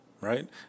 right